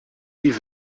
die